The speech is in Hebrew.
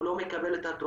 הוא לא מקבל את התרופה.